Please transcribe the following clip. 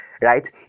right